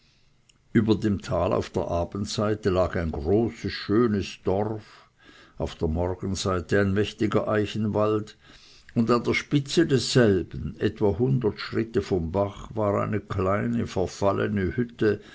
über dem tale auf der abendseite lag ein großes schönes dorf auf der morgenseite ein mächtiger eichenwald und an der spitze desselben etwa hundert schritte vom bache war eine kleine verfallene hütte